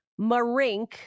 Marink